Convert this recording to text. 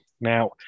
Now